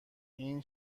این